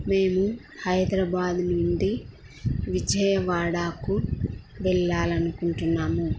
మేము హైదరాబాదు నుండి విజయవాడకు వెళ్ళాలనుకుంటున్నాము